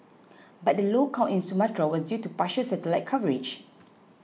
but the low count in Sumatra was due to partial satellite coverage